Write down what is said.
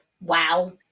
Wow